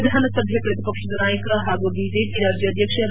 ವಿಧಾನಸಭೆ ಪ್ರತಿಪಕ್ಷದ ನಾಯಕ ಪಾಗೂ ಬಿಜೆಪಿ ರಾಜ್ಯಾಧ್ಯಕ್ಷ ಬಿ